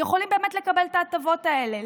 יכולים לקבל את ההטבות האלה.